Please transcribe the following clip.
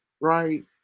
right